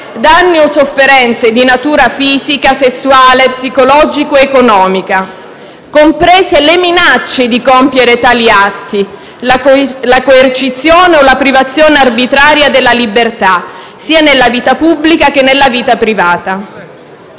danni o sofferenze di natura fisica, sessuale, psicologica o economica, comprese le minacce di compiere tali atti, la coercizione o la privazione arbitraria della libertà, sia nella vita pubblica che nella vita privata».